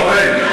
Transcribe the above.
אורן,